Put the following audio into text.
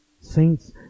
Saints